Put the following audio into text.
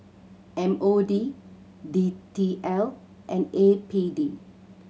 M O D D T L and A P D